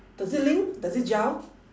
does it link does it gel